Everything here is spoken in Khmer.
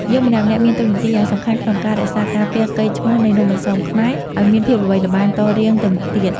យើងម្នាក់ៗមានតួនាទីយ៉ាងសំខាន់ក្នុងការរក្សាការពារកេរ្តិ៍ឈ្មោះនៃនំអន្សមខ្មែរឱ្យមានភាពល្បីល្បាញតរៀងទៅមុខទៀត។